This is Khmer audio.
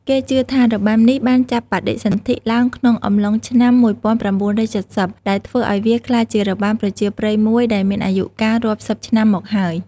គេជឿថា របាំនេះបានចាប់បដិសន្ធិឡើងក្នុងអំឡុងឆ្នាំ១៩២០ ដែលធ្វើឱ្យវាក្លាយជារបាំប្រជាប្រិយមួយដែលមានអាយុកាលរាប់សិបឆ្នាំមកហើយ។